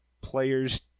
player's